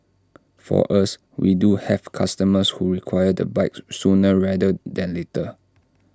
for us we do have customers who require the bike sooner rather than later